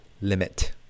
limit